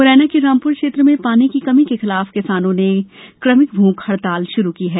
मुरैना के रामपुर क्षेत्र में पानी की कमी के खिलाफ किसानों ने कृमिक भूख हड़ताल शुरू की है